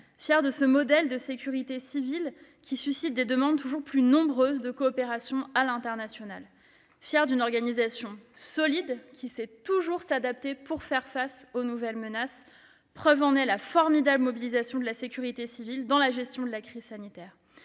fiers de ce modèle de sécurité civile qui suscite des demandes toujours plus nombreuses de coopération à l'international, fiers d'une organisation solide qui sait toujours s'adapter pour faire face aux nouvelles menaces. Preuve en est la formidable mobilisation de la sécurité civile dans la gestion de la crise sanitaire.